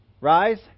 Rise